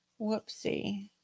Whoopsie